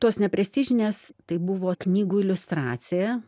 tos neprestižinės tai buvo knygų iliustracija